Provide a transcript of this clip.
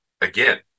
Again